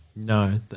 No